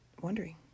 wondering